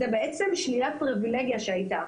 זו שלילת פריבילגיה שהייתה,